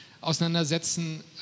auseinandersetzen